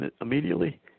immediately